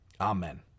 Amen